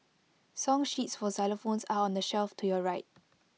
song sheets for xylophones are on the shelf to your right